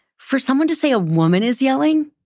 for someone to say a woman is yelling,